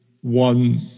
one